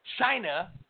China